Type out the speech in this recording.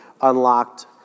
unlocked